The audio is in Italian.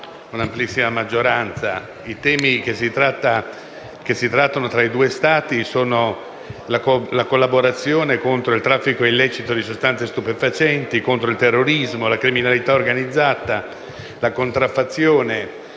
i temi che si trattano tra i due Stati sono la collaborazione contro il traffico illecito di sostanze stupefacenti, il terrorismo, la criminalità organizzata, tutti